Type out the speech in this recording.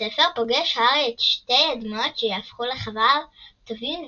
הספר פוגש הארי את שתי הדמויות שיהפכו לחבריו הטובים